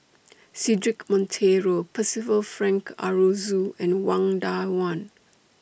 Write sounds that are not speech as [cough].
Cedric Monteiro Percival Frank Aroozoo and Wang [unintelligible]